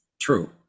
True